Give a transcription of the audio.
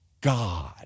God